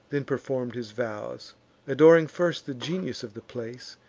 then perform'd his vows adoring first the genius of the place,